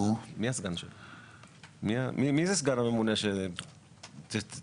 מי זה הסגן הממונה שאת תחתיו?